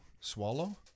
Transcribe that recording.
swallow